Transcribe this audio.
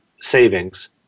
savings